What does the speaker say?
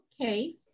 Okay